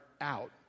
out